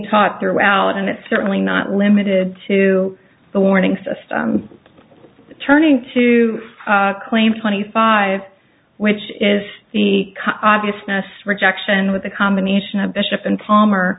taught throughout and it's certainly not limited to the warning system turning to claim twenty five which is the obviousness rejection with a combination of bishop and palmer